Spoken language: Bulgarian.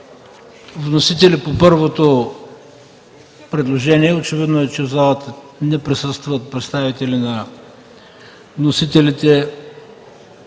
вносители по първото предложение. Очевидно е, че в залата не присъстват представители на вносителите